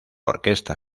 orquesta